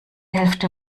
hälfte